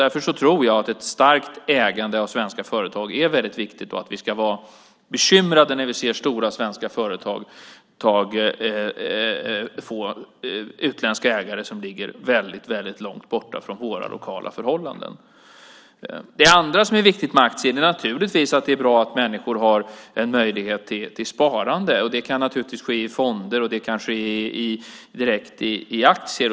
Därför tror jag att ett starkt ägande av svenska företag är väldigt viktigt och att vi ska vara bekymrade när vi ser stora svenska företag få utländska ägare som ligger väldigt långt borta från våra lokala förhållanden. Det andra som är viktigt med aktier är naturligtvis att det är bra att människor har en möjlighet till sparande. Det kan naturligtvis ske i fonder, och det kan ske direkt i aktier.